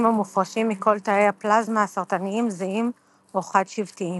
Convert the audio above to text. המופרשים מכל תאי הפלזמה הסרטניים זהים או חד שבטיים.